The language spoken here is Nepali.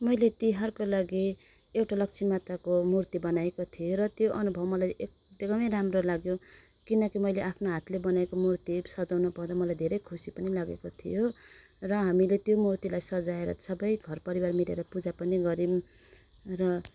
मैले तिहारको लागि एउटा लक्ष्मी माताको मुर्ती बनाएको थिएँ र त्यो अनुभव मलाई यतिकोमै राम्रो लाग्यो किनकि मैले आफ्नो हातले बनाएको मुर्ती सजाउनु पाउँदा मलाई धेरै खुसी पनि लागेको थियो र हामीले त्यो मुर्तीलाई सजाएर सबै घर परिवार मिलेर पूजा पनि गऱ्यौँ र